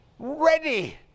Ready